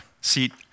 seat